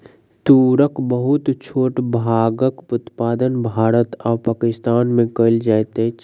तूरक बहुत छोट भागक उत्पादन भारत आ पाकिस्तान में कएल जाइत अछि